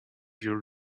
your